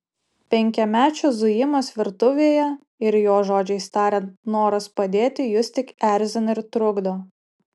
penkiamečio zujimas virtuvėje ir jo žodžiais tariant noras padėti jus tik erzina ir trukdo